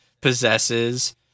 possesses